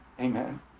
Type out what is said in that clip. Amen